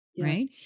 right